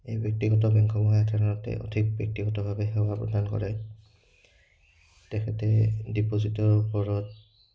এই ব্যক্তিগত বেংকসমূহে সাধাৰণতে অধিক ব্যক্তিগতভাৱে সেৱা প্ৰদান কৰে তেখেতে ডিপজিটৰ ওপৰত